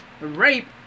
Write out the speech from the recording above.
Rape